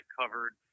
covered